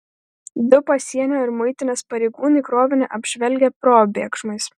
du pasienio ir muitinės pareigūnai krovinį apžvelgę probėgšmais